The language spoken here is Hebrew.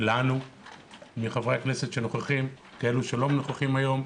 אחד מחברי הכנסת הנוכחים וגם אלו שלא נוכחים היום,